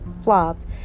flopped